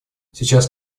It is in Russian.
сейчас